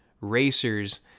racers